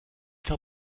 tell